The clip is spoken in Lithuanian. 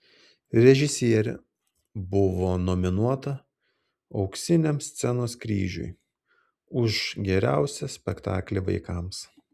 režisierė buvo nominuota auksiniam scenos kryžiui už geriausią spektaklį vaikams